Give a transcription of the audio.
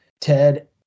Ted